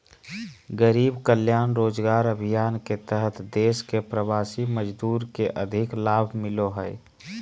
गरीब कल्याण रोजगार अभियान के तहत देश के प्रवासी मजदूर के अधिक लाभ मिलो हय